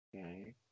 Okay